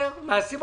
ומיקי לוי, בבקשה.